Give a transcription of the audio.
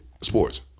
sports